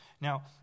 Now